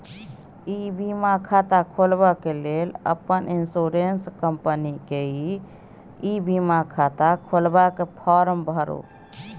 इ बीमा खाता खोलबाक लेल अपन इन्स्योरेन्स कंपनीक ई बीमा खाता खोलबाक फार्म भरु